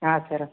ಹಾಂ ಸರ್